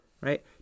right